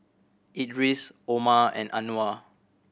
Idris Omar and Anuar